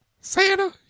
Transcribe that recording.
Santa